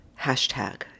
hashtag